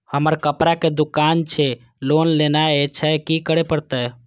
हमर कपड़ा के दुकान छे लोन लेनाय छै की करे परतै?